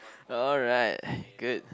alright good